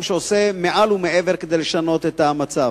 שעושה מעל ומעבר כדי לשנות את המצב.